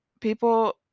people